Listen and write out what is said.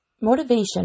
Motivation